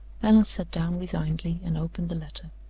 allan sat down resignedly, and opened the letter.